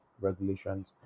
regulations